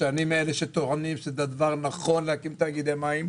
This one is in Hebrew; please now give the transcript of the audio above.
כשאני מאלה שטוענים שזה דבר נכון להקים תאגידי מים,